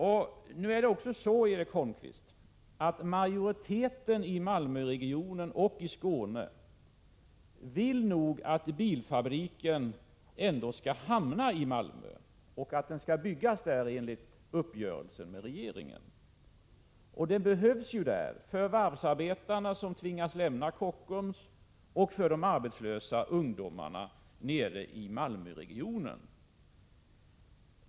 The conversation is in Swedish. Vidare är det så, Erik Holmkvist, att majoriteten i Malmöregionen och i Skåne över huvud taget nog ändå vill att bilfabriken skall hamna i Malmö, att den skall byggas där enligt uppgörelsen med regeringen. Den behövs ju där, med tanke på varvsarbetarna som tvingas lämna Kockums och med tanke på de arbetslösa ungdomarna i Malmöregionen.